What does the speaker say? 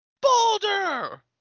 Boulder